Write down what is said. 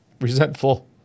resentful